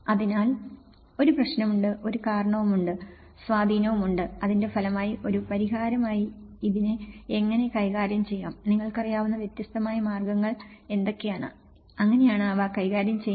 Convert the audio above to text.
അതിനാൽ ഒരു പ്രശ്നമുണ്ട് ഒരു കാരണവുമുണ്ട് സ്വാധീനവുമുണ്ട് ഇതിന്റെ ഫലമായി ഒരു പരിഹാരമായി ഇതിനെ എങ്ങനെ കൈകാര്യം ചെയ്യാം നിങ്ങൾക്കറിയാവുന്ന വ്യത്യസ്തമായ മാർഗങ്ങൾ എന്തൊക്കെയാണ് അങ്ങനെയാണ് ഇവ കൈകാര്യം ചെയ്യുന്നത്